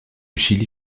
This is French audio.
chili